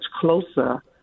closer